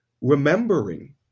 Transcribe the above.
remembering